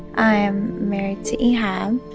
i am married to ehab,